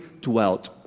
dwelt